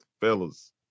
fellas